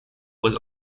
was